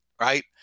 right